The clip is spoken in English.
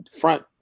front